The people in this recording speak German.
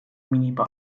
minibar